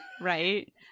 right